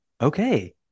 Okay